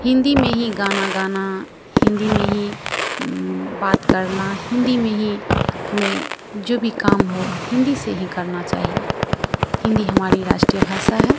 हिन्दी में ही गाना गाना हिन्दी में ही बात करना हिन्दी में ही हमें जो भी काम हो हिन्दी से ही करनी चाहिए हिन्दी हमारी राष्ट्रीय भाषा है